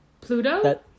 Pluto